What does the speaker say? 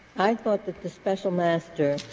i thought that the special master,